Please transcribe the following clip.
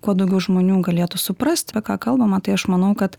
kuo daugiau žmonių galėtų suprasti ką kalbama tai aš manau kad